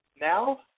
now